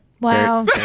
Wow